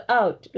out